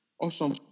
awesome